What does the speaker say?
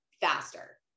faster